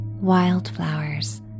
wildflowers